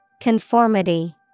Conformity